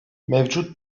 mevcut